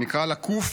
נקרא לה ק',